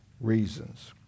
reasons